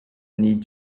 need